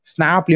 Snap